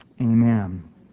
amen